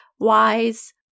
Wise